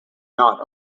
not